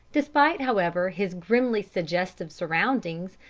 despite, however, his grimly suggestive surroundings,